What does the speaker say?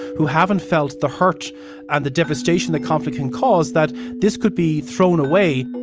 who haven't felt the hurt and the devastation that conflict can cause, that this could be thrown away.